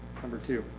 number two.